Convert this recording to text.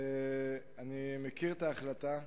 אני מכיר את ההחלטה.